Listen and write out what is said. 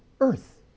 earth